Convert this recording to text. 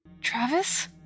Travis